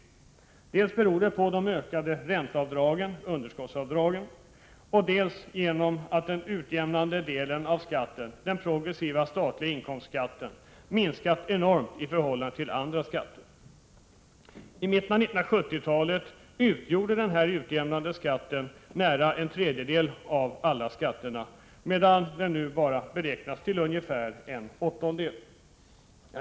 Det beror på de ökade ränteavdragen — underskottsavdragen — och på att den utjämnande delen av skatten, den progressiva statliga inkomstskatten, minskat enormt i förhållande till andra skatter. I mitten av 1970-talet utgjorde denna utjämnande skatt nära en tredjedel av alla skatter, medan den nu beräknas utgöra bara en åttondel.